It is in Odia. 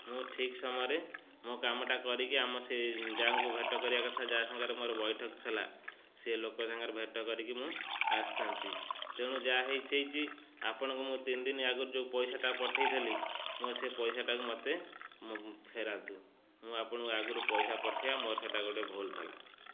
ମୁଁ ଠିକ ସମୟରେ ମୋ କାମଟା କରିକି ଆମ ସେ ଯାହାଙ୍କୁ ଭେଟ କରିବା କଥା ଯାହା ସାଙ୍ଗରେ ମୋର ବୈଠକ ଥିଲା ସେ ଲୋକ ସାଙ୍ଗରେ ଭେଟ କରିକି ମୁଁ ଆସିଥାନ୍ତି ତେଣୁ ଯାହା ହେଇଛି ଆପଣଙ୍କୁ ମୁଁ ତିନି ଦିନି ଆଗରୁ ଯେଉଁ ପଇସାଟା ପଠେଇଥିଲି ମୋ ସେ ପଇସାଟାକୁ ମୋତେ ଫେରାନ୍ତୁ ମୁଁ ଆପଣଙ୍କୁ ଆଗରୁ ପଇସା ପଠେଇବା ମୋର ସେଟା ଗୋଟେ ଭୁଲ ଥିଲା